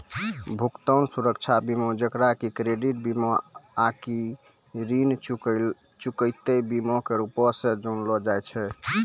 भुगतान सुरक्षा बीमा जेकरा कि क्रेडिट बीमा आकि ऋण चुकौती बीमा के रूपो से जानलो जाय छै